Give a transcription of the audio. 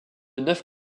neuf